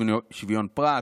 שוויון פרט,